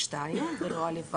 ופירט באותה